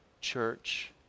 Church